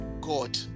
God